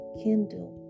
kindle